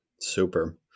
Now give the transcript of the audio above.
Super